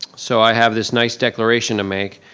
so i have this nice declaration to make.